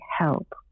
help